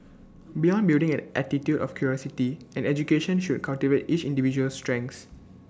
beyond building an attitude of curiosity an education should cultivate each individual's strengths